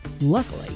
Luckily